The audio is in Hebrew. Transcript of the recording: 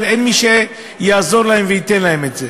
אבל אין מי שיעזור להם וייתן להם את זה.